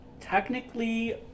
technically